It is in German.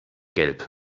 gelb